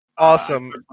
Awesome